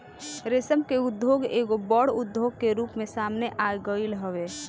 रेशम के उद्योग एगो बड़ उद्योग के रूप में सामने आगईल हवे